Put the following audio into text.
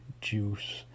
Juice